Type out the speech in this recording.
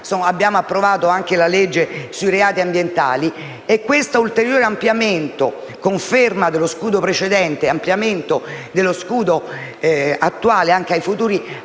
fortuna approvato anche la legge sui reati ambientali. L'ulteriore ampliamento - conferma dello scudo precedente e ampliamento dello scudo attuale anche ai futuri